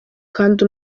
kandi